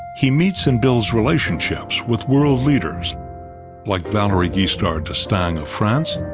he meets and builds relationships with world leaders like valery giscard d'estaing of france,